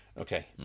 okay